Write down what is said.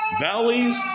Valleys